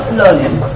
learning